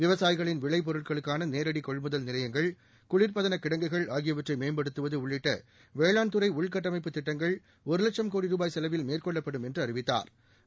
விவசாயிகளின் விளைப்பொருட்களுக்கான நேரடி கொள்முதல் நிலையங்கள் குளிபதனக் கிடங்குகள் ஆகியவற்றை மேம்படுத்துவது உள்ளிட்ட வேளாண்துறை உள்கட்டமைப்பு திட்டங்கள் ஒரு லட்சம் கோடி ரூபாய் செலவில் மேற்கொள்ளப்படும் என்று அறிவித்தாா்